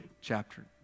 Chapter